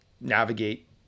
navigate